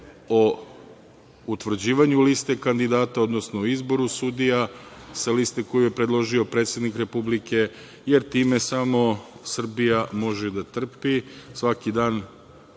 o utvrđivanju liste kandidata, odnosno o izboru sudija sa liste koju je predložio predsednik Republike, jer time samo Srbija može da trpi. Svaki dan